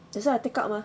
that's why I take out mah